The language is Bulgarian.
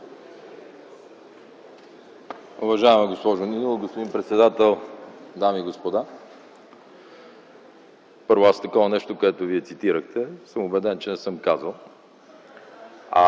Уважаема госпожо Нинова, господин председател, дами и господа! Първо, аз такова нещо, което Вие цитирахте, съм убеден, че не съм казал.